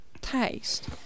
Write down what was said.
taste